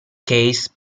case